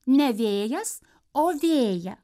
ne vėjas o vėja